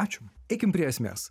ačiū eikim prie esmės